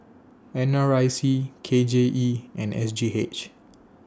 N R I C K J E and S G H